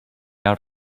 out